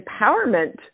empowerment